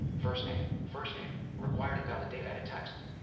first name. first name required invalid data edit text.